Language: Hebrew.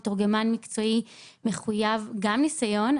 מתורגמן מקצועי מחויב גם ניסיון,